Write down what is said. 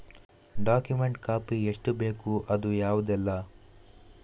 Document copy ಎಷ್ಟು ಬೇಕು ಅದು ಯಾವುದೆಲ್ಲ?